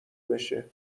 بشه